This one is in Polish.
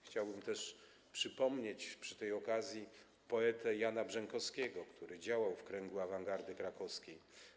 Chciałbym też przypomnieć przy tej okazji poetę Jana Brzękowskiego, który działał w kręgu awangardy krakowskiej.